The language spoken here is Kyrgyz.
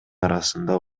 арасында